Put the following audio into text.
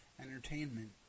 entertainment